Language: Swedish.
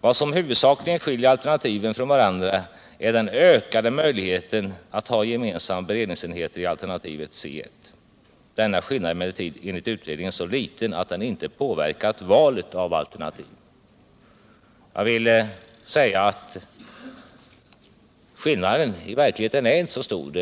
Vad som huvudsakligen skiljer alternativen från varandra är den ökade möjligheten att ha gemensamma beredningsenheter i alternativ C 1. Denna skillnad är emellertid enligt utredningen så liten att den inte påverkat valet av alternativ.” Skillnaden är i verkligheten inte så stor.